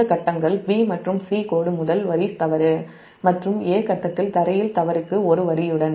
இந்த ஃபேஸ்கள் b மற்றும் c கோடு முதல் வரி தவறு மற்றும் a ஃபேஸ்ல் க்ரவுன்ட் தவறுக்கு ஒரு வரியுடன்